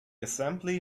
assembly